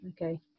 Okay